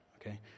okay